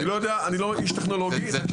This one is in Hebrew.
אני לא איש טכנולוגי.